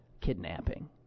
kidnapping